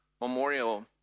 Memorial